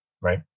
right